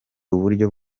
uburyo